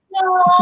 no